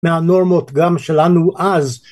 מהנורמות גם שלנו אז